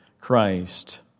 Christ